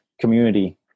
community